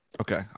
Okay